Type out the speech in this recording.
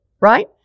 right